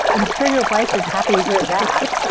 i'm sure your wife is happy to hear that.